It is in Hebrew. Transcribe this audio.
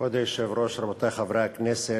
כבוד היושב-ראש, רבותי חברי הכנסת,